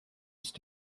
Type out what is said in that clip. ist